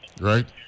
right